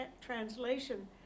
translation